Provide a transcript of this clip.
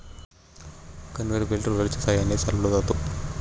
conveyor belt रोलरच्या सहाय्याने चालवला जातो